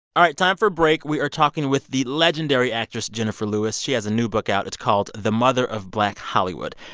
all right. time for a break. we are talking with the legendary actress jenifer lewis. she has a new book out. it's called, the mother of black hollywood.